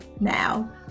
Now